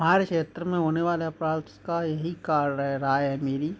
हमारे क्षेत्र में होने वाले अपराध का यही कारण है राय है मेरी